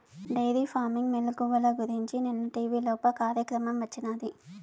dairy farming మెలుకువల గురించి నిన్న టీవీలోప కార్యక్రమం వచ్చినాది